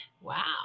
wow